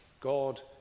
God